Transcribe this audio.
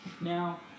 Now